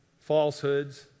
falsehoods